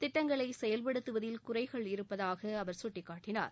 திட்டங்களை செயல்படுத்துவதில் குறைகள் இருப்பதாக அவர் சுட்டிகாட்டினார்